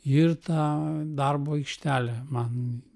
ir tą darbo aikštelę man